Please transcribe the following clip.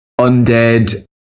Undead